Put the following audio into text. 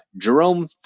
Jerome